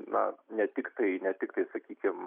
na ne tiktai ne tiktai sakykim